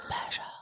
Special